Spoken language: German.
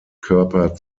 körper